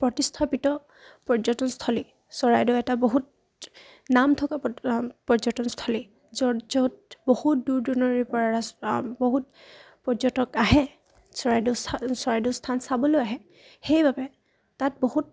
প্ৰতিস্থাপিত পৰ্যটনস্থলী চৰাইদেউ এটা বহুত নাম থকা পৰ পৰ্যটনস্থলী য'ত য'ত বহুত দূৰ দূৰণিৰ পৰা ৰা বহুত পৰ্যটক আহে চৰাইদেউ স্থা চৰাইদেউ স্থান চাবলৈ আহে সেইবাবে তাত বহুত